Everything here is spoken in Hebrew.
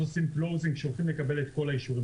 עושים closing כשעומדים לקבל את כל האישורים.